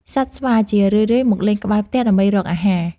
សត្វស្វាជារឿយៗមកលេងក្បែរផ្ទះដើម្បីរកអាហារ។